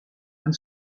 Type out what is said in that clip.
and